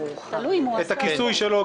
בבקשה.